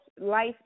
life